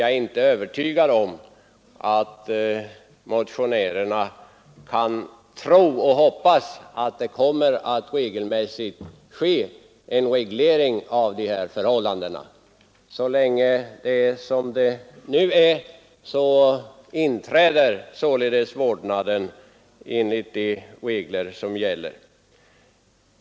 Jag är inte övertygad om att motionärerna kan tro och hoppas att det regelmässigt kommer att ske en reglering av dessa förhållanden. Så länge det är som det nu är finns det regler för bestämmande av vårdnadsansvaret.